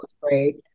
great